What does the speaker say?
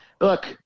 Look